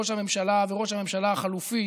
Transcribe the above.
ראש הממשלה וראש הממשלה החלופי,